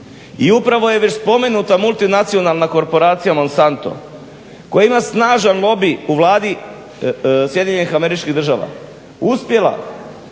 i upravo je već spomenuta multinacionalna korporacija Monsanto koja ima snažan lobi u Vladi SAD-a uspijeva,